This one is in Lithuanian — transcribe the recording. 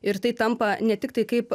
ir tai tampa ne tik tai kaip